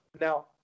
Now